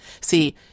See